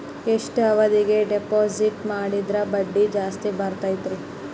ಎಷ್ಟು ಅವಧಿಗೆ ಡಿಪಾಜಿಟ್ ಮಾಡಿದ್ರ ಬಡ್ಡಿ ಜಾಸ್ತಿ ಬರ್ತದ್ರಿ?